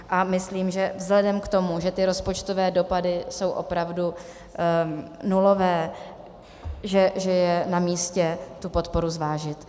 A myslím, že vzhledem k tomu, že rozpočtové dopady jsou opravdu nulové, je namístě tu podporu zvážit.